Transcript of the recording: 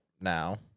now